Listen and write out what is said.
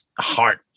heart